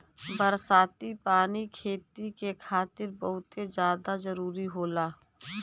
बरसाती पानी खेती के खातिर बहुते जादा जरूरी होला